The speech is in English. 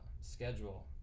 schedule